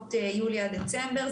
תקופות יולי עד דצמבר.